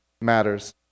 matters